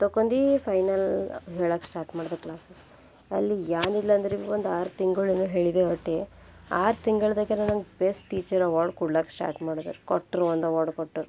ತಕೊಂಡಿ final ಹೇಳಕ್ಕೆ start ಮಾಡ್ದೆ classes ಅಲ್ಲಿ ಏನಿಲ್ಲ ಅಂದ್ರು ಭೀ ಒಂದು ಆರು ತಿಂಗಳೇನೋ ಹೇಳಿದೆ ಒಟ್ಟು ಆರು ತಿಂಗಳದಾಗೆ ನಂಗೆ ಬೆಸ್ಟ್ ಟೀಚರ್ ಅವಾರ್ಡ್ ಕೊಡ್ಲಕ್ಕ ಸ್ಟಾರ್ಟ್ ಮಾಡಿದ್ರು ಕೊಟ್ಟರು ಒಂದು ಅವಾರ್ಡ್ ಕೊಟ್ಟರು